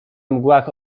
mgłach